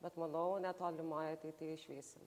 bet manau netolimoj ateity išvysim